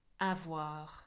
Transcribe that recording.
avoir